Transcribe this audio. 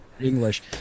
English